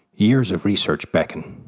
years of research beckon.